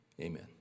amen